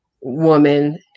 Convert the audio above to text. woman